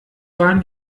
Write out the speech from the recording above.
waren